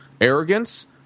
arrogance